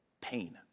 pain